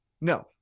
no